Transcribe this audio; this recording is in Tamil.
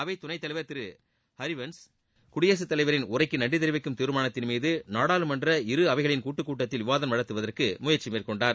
அவைத்துணைத்தலைவர் திரு ஹரிவன்ஸ் சுடியரசுத்தலைவரின் உரைக்கு நன்றி தெரிவிக்கும் தீர்மானத்தின் மீது நாடாளுமன்ற இரு அவைகளின் கூட்டுக்கூட்டத்தில் விவாதம் நடத்துவதற்கு முயற்சி மேற்கொண்டார்